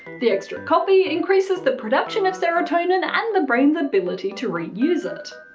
the extra copy increases the production of serotonin and the brain's ability to reuse it.